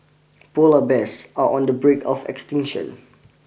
polar bears are on the brink of extinction